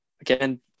Again